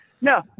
No